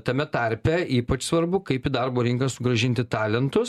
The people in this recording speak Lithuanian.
tame tarpe ypač svarbu kaip į darbo rinką sugrąžinti talentus